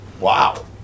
wow